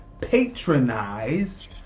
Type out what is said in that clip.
patronize